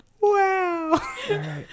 wow